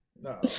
No